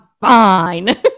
fine